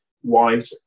white